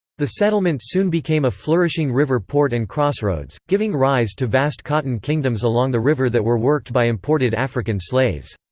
the settlement soon became a flourishing river port and crossroads, giving rise to vast cotton kingdoms along the river that were worked by imported african slaves.